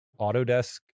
Autodesk